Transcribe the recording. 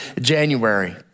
January